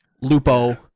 Lupo